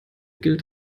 gilt